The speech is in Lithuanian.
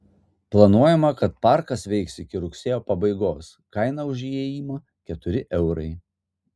planuojama kad parkas veiks iki rugsėjo pabaigos kaina už įėjimą keturi eurai